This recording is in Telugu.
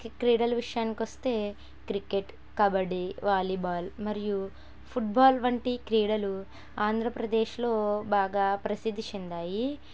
క్రీడల విషయానికి వస్తే క్రికెట్ కబడ్డీ వాలీబాల్ మరియు ఫుట్బాల్ వంటి క్రీడలు ఆంధ్రప్రదేశ్లో బాగా ప్రసిద్ధి చెందాయి